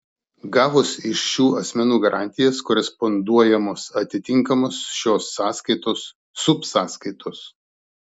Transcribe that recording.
gavus iš šių asmenų garantijas koresponduojamos atitinkamos šios sąskaitos subsąskaitos